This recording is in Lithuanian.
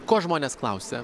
ko žmonės klausia